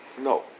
No